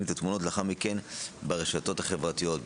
את התמונות לאחר מכן ברשתות החברתיות.